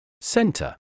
center